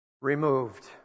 removed